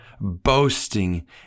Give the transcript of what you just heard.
boasting